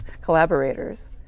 collaborators